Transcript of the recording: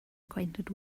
acquainted